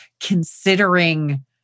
considering